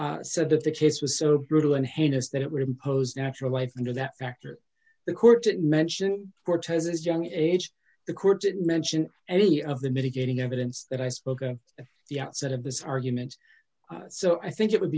time said that the case was so brutal and heinous that it would impose natural life under that factor the court didn't mention cortez's young age the court didn't mention any of the mitigating evidence that i spoke to at the outset of this argument so i think it would